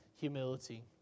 humility